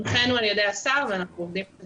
הונחינו על ידי השר ואנחנו עובדים על